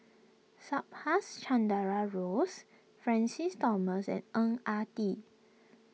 Subhas Chandra Rose Francis Thomas and Ang Ah Tee